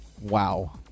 Wow